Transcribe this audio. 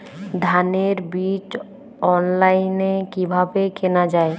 ধানের বীজ অনলাইনে কিভাবে কেনা যায়?